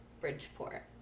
bridgeport